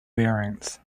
bearings